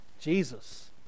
Jesus